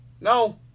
No